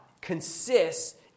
consists